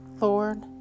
lord